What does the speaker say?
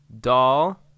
Doll